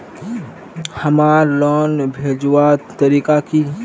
हमार लोन भेजुआ तारीख की?